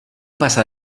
pasa